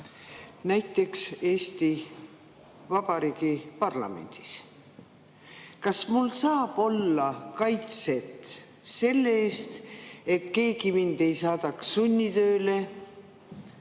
näiteks Eesti Vabariigi parlamendis. Kas mul saab olla kaitset selle eest, et keegi mind ei saadaks sunnitööle,